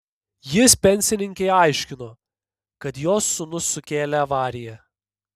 jis pensininkei aiškino kad jos sūnus sukėlė avariją